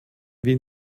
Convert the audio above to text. wien